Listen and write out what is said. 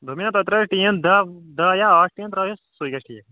دوٚپمَے نا تُہۍ ترٛایِو ٹیٖن دہ دہ دہ یا ٲٹھ ٹیٖن ترٛٲیُس سُے گژھِ ٹھیٖک